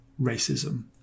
racism